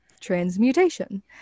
transmutation